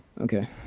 Okay